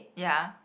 ya